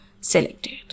selected